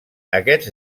aquests